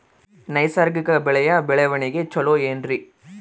ನೈಸರ್ಗಿಕ ಬೆಳೆಯ ಬೆಳವಣಿಗೆ ಚೊಲೊ ಏನ್ರಿ?